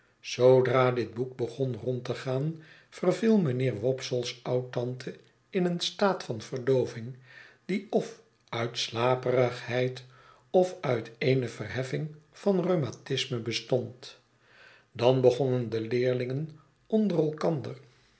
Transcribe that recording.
zoodra dit boek begon rond te gaan verviel mijnheer wopsle's oudtante in een staat van verdooving die f uit slaperigheid of uit eene verheffing van rheumatisme ontstond dan begonnen de leerlingen onder elkander